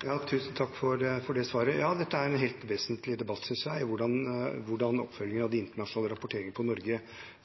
Tusen takk for svaret. Dette er en helt vesentlig debatt, synes jeg, om hvordan oppfølgingen av internasjonale rapporteringer på Norge